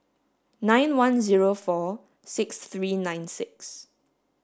nine one zero four six three nine six